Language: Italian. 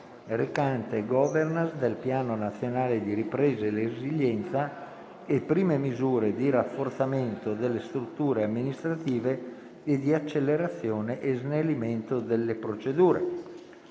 recante *governance* del Piano nazionale di ripresa e resilienza e prime misure di rafforzamento delle strutture amministrative e di accelerazione e snellimento delle procedure»